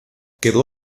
quedó